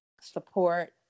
support